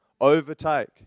Overtake